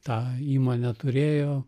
tą įmonę turėjo